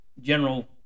general